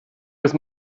was